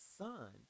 son